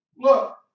look